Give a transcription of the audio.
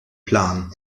plan